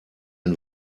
den